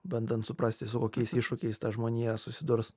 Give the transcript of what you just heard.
bandant suprasti su kokiais iššūkiais ta žmonija susidurs